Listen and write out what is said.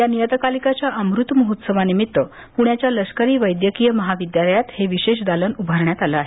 या नियतकालिकाच्या अमृत महोत्सवानिमित्त पुण्याच्या लष्करी वैद्यकीय महाविद्यालयात हे विशेष दालन उभारण्यात आलं आहे